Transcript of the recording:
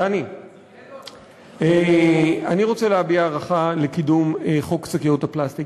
אני רוצה להביע הערכה לקידום חוק שקיות הפלסטיק.